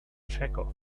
chekhov